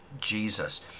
Jesus